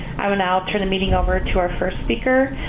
i will now turn the meeting over to our first speaker,